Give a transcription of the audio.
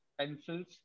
pencils